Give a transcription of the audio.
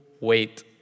wait